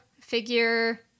figure